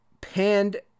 panned